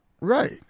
Right